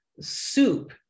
soup